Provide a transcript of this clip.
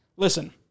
Listen